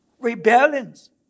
Rebellions